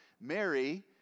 Mary